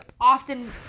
often